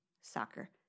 soccer